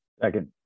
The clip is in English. Second